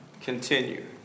continue